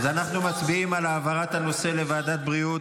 אז אנחנו מצביעים על העברת הנושא לוועדת הבריאות.